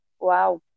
Wow